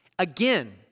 Again